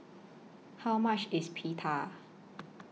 How much IS Pita